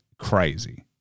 Crazy